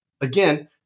Again